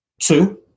Two